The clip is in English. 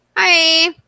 Hi